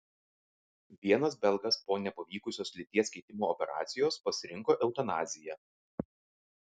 vienas belgas po nepavykusios lyties keitimo operacijos pasirinko eutanaziją